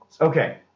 okay